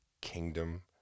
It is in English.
kingdom